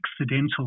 accidental